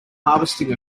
harvesting